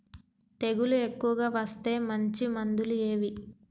తెగులు ఎక్కువగా వస్తే మంచి మందులు ఏవి?